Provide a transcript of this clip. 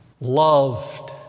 loved